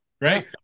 Right